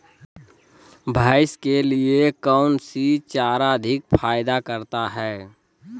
भैंस के लिए कौन सी चारा अधिक फायदा करता है?